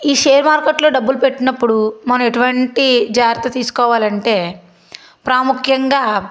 ఈ షేర్ మార్కెట్లో డబ్బులు పెట్టినప్పుడు మనం ఎటువంటి జాగ్రత్త తీస్కోవాలంటే ప్రాముఖ్యంగా